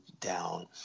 down